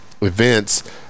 events